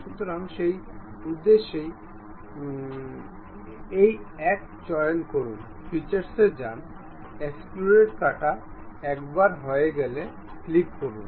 সুতরাং সেই উদ্দেশ্যে এই এক চয়ন করুন ফিচার্স এ যান এক্সট্রুড কাটা একবার হয়ে গেলে ক্লিক করুন